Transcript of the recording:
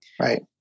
Right